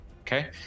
Okay